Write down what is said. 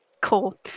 Cool